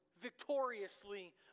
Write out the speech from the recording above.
victoriously